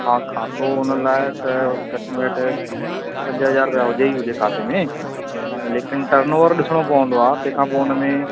हा खातो हुन लाइ त घटि में घटि पंज हज़ार रुपया हुजे ई हुजे खाते में ऐं लेकिन टर्न ऑवर ॾिसणो पवंदो आहे तंहिं खां पोइ हुन में